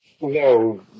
No